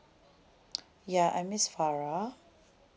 ya I'm miss farah